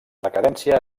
decadència